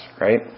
right